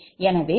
எனவே j0